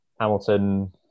Hamilton